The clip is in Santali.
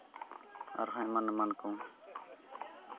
ᱟᱨᱦᱚᱸ ᱮᱢᱟᱱ ᱮᱢᱟᱱ ᱠᱚ